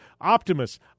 Optimus